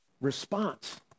response